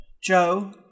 Joe